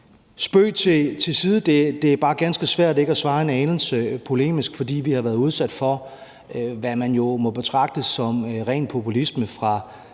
Spøg til side, det er bare ganske svært ikke at svare en anelse polemisk, fordi vi har været udsat for, hvad man jo må betragte som ren populisme fra